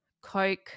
Coke